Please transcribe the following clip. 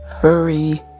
furry